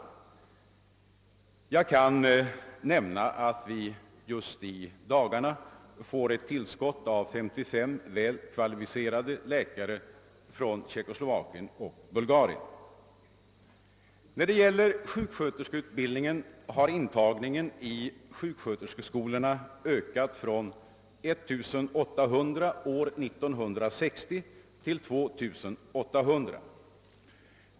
Jag kan nämna att vi just i dagarna får ett tillskott av 55 väl kvalificerade läkare från Tjeckoslovakien och Bulgarien. När det gäller sjuksköterskeutbildningen har intagningen i sjuksköterskeskolorna ökat från 1800 per år 1960 till 2 800.